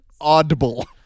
Audible